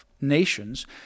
nations